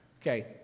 Okay